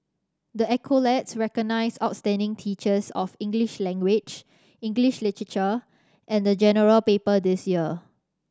the accolades recognise outstanding teachers of English language English literature and the General Paper this year